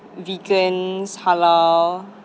vegans halal